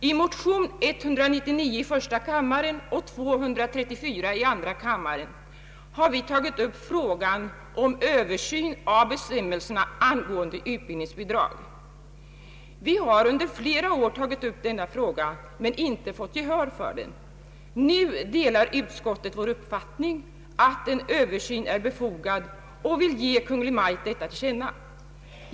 I motionerna I: 199 och II: 234 har vi tagit upp frågan om översyn av bestämmelserna angående utbildningsbidrag. Vi har under flera år tagit upp denna fråga men inte vunnit gehör för den. Nu delar utskottet vår uppfattning att en översyn är befogad och vill ge Kungl. Maj:t detta till känna.